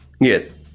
Yes